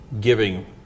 giving